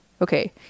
okay